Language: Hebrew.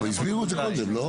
אבל הסבירו את זה קודם, לא?